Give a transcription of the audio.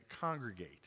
congregate